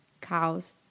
cows